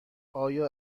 آیا